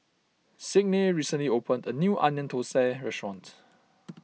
Signe recently opened a new Onion Thosai restaurant